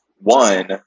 one